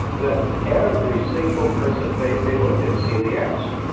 that every single person, they they looked at celiacs,